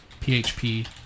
PHP